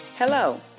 Hello